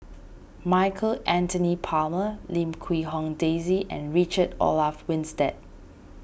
Michael Anthony Palmer Lim Quee Hong Daisy and Richard Olaf Winstedt